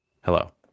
hello